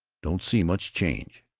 don't see much change,